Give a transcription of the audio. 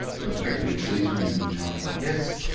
so it's effectively treason you've been charged with? yes.